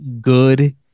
good